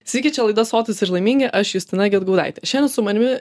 sveiki čia laida sotūs ir laimingi aš justina gedgaudaitė šiandien su manimi